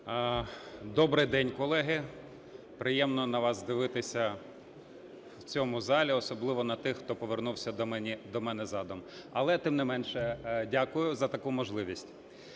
Добрий день, колеги! Приємно на вас дивитися в цьому залі, особливо на тих хто повернувся до мене задом, але тим не менше, дякую за таку можливість.